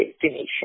destination